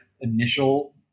initial